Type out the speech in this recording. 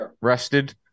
rested